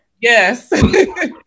yes